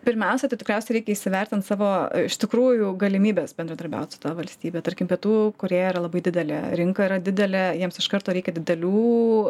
pirmiausia tai tikriausiai reikia įsivertint savo iš tikrųjų galimybes bendradarbiaut su ta valstybe tarkim pietų korėja yra labai didelė rinka yra didelė jiems iš karto reikia didelių